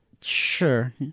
Sure